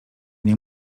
nie